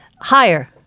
Higher